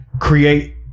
create